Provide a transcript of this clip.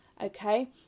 Okay